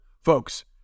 Folks